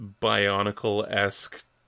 Bionicle-esque